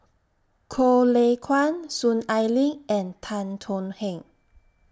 Goh Lay Kuan Soon Ai Ling and Tan Thuan Heng